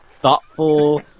thoughtful